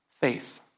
Faith